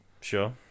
Sure